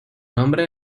nombre